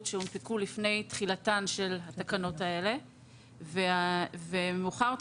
שהונפקו לפני תחילתן של התקנות האלה ומאוחר יותר